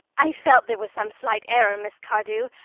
i felt there was some slight error, miss cardew.